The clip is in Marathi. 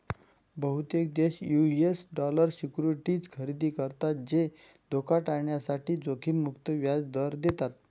बहुतेक देश यू.एस डॉलर सिक्युरिटीज खरेदी करतात जे धोका टाळण्यासाठी जोखीम मुक्त व्याज दर देतात